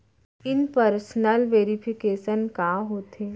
In person verification का होथे?